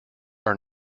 are